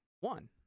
One